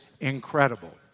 incredible